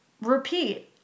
repeat